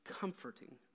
comforting